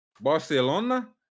Barcelona